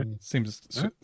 Seems